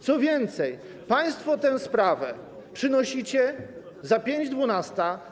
Co więcej, państwo tę sprawę przynosicie za pięć dwunasta.